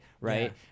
right